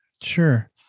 Sure